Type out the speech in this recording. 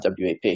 WAP